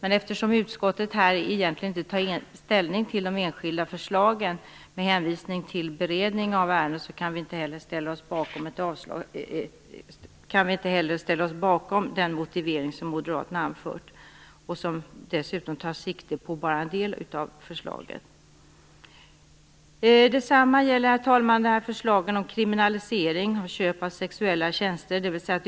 Eftersom utskottet här egentligen inte tar ställning till de enskilda förslagen, med hänvisning till beredning av ärendet, kan vi inte heller ställa oss bakom den motivering som moderaterna anfört, som dessutom tar sikte bara på en del av förslaget. Detsamma gäller, herr talman, förslaget om kriminalisering av köp av sexuella tjänster.